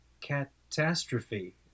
catastrophe